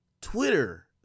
Twitter